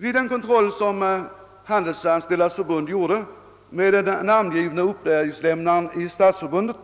Vid den kontroll som Handelsanställdas förbund gjorde med den namngivne uppgiftslämnaren i Stadsförbundet